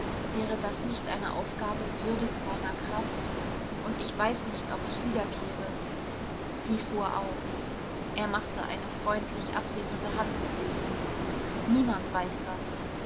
wäre das nicht eine aufgabe würdig deiner kraft und ich weiß nicht ob ich wiederkehre sie fuhr auf er machte eine freundlich abwehrende handbewegung niemand weiß das